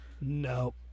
No